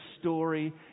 story